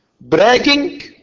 bragging